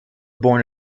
born